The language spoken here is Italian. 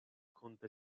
conte